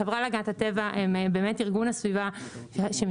החברה להגנת הטבע היא ארגון הסביבה שמתעסק